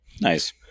Nice